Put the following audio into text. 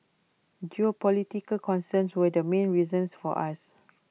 geopolitical concerns were the main reasons for us